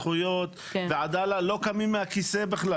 הזכויות ועדאלה בכלל לא קמים מהכיסא,